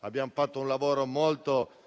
Abbiamo fatto un lavoro molto